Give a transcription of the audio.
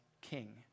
king